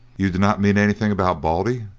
you did not mean anything about baldy,